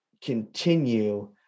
continue